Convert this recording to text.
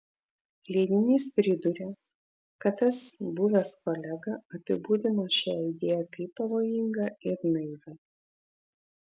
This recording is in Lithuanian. leidinys priduria kad tas buvęs kolega apibūdino šią idėją kaip pavojingą ir naivią